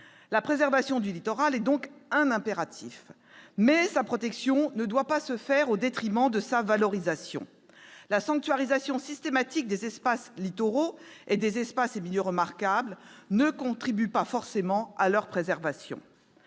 La préservation du littoral est donc un impératif, mais sa protection ne doit pas se faire au détriment de sa valorisation. La sanctuarisation systématique des espaces littoraux et des espaces et milieux remarquables ne contribue pas forcément à leur préservation.